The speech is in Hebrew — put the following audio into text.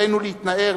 עלינו להתנער,